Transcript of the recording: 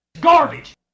Garbage